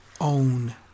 own